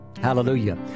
Hallelujah